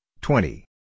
twenty